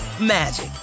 magic